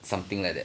something like that